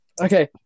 Okay